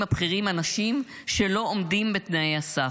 הבכירים אנשים שלא עומדים בתנאי הסף,